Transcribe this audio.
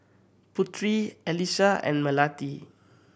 Putri Alyssa and Melati